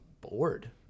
bored